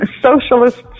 socialists